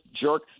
jerk